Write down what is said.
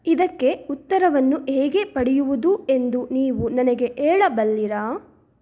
ಇದಕ್ಕೆ ಉತ್ತರವನ್ನು ಹೇಗೆ ಪಡೆಯುವುದು ಎಂದು ನೀವು ನನಗೆ ಹೇಳಬಲ್ಲಿರಾ